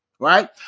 right